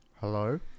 Hello